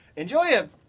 enjoy ah